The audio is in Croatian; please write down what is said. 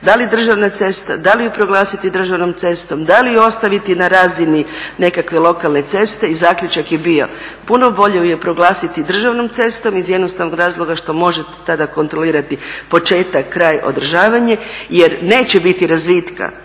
da li državna cesta, da li ju proglasiti državnom cestom, da li je ostaviti na razini nekakve lokalne ceste i zaključak je bio-puno bolje ju je proglasiti državnom cestom iz jednostavnog razloga što možete tada kontrolirati početak, kraj, održavanje. Jer neće biti razvitka